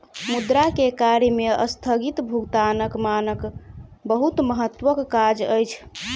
मुद्रा के कार्य में अस्थगित भुगतानक मानक बहुत महत्वक काज अछि